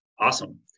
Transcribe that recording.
Awesome